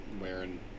wearing